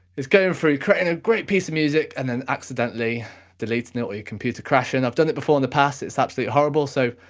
is going through, creating a great piece of music, and then accidentally deleting it or your computer crashing. i've done it before in the past, it's absolutely horrible. so,